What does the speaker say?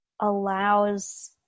allows